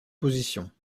position